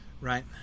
right